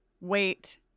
Wait